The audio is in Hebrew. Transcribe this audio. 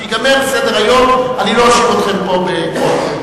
כשייגמר סדר-היום אני לא אשאיר אתכם פה בכוח.